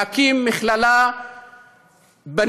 להקים מכללה בנגב,